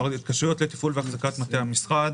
התקשרויות לתפעול ואחזקת מטה המשרד